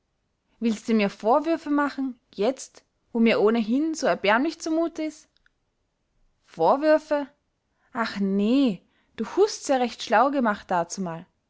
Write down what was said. gemacht willste mir vorwürfe machen jetzt wo mir ohnehin so erbärmlich zumute is vorwürfe ach nee du hust's ja recht schlau gemacht dazumal